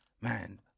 Man